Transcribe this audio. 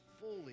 fully